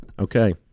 Okay